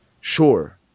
sure